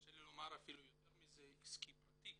תרשה לי לומר אפילו יותר מזה, עסקי פרטי.